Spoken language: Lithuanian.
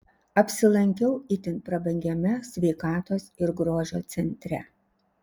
apsilankiau itin prabangiame sveikatos ir grožio centre